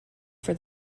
for